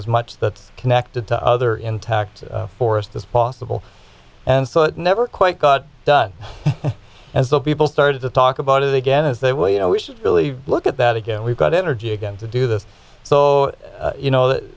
as much that's connected to other intact forest is possible and so it never quite got done and so people started to talk about it again as they will you know we should really look at that again and we've got energy again to do this so you know